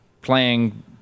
playing –